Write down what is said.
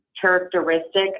characteristic